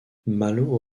malo